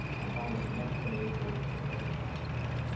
and finally, next-generation arithmetic what should happen next.